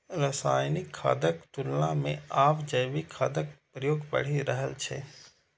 रासायनिक खादक तुलना मे आब जैविक खादक प्रयोग बढ़ि रहल छै